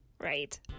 right